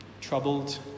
Troubled